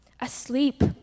Asleep